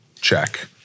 check